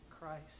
Christ